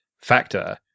factor